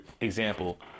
example